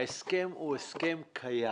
ההסכם הוא הסכם קיים.